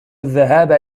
الذهاب